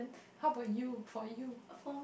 how about you for you